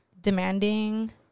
Demanding